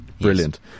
Brilliant